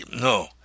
No